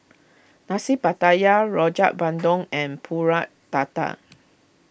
Nasi Pattaya Rojak Bandung and Pulut Tatal